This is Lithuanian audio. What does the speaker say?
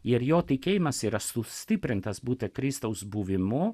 ir jo tikėjimas yra sustiprintas būti kristaus buvimu